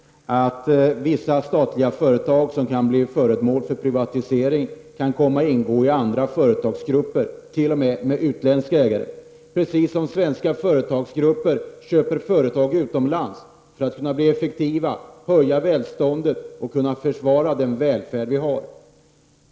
Fru talman! Det är, som Bengt Hurtig säger, alldeles korrekt att vissa statliga företag som kan bli föremål för privatisering kan komma att ingå i andra företagsgrupper, t.o.m. sådana med utländska ägare, precis som svenska företagsgrupper köper företag utomlands för att kunna bli effektiva, höja välståndet och försvara den välfärd vi har.